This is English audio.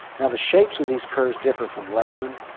now the shapes of these curves differ from lebanon.